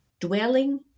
dwelling